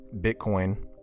Bitcoin